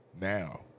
Now